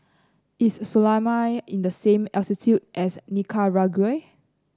is Somalia in the same latitude as Nicaragua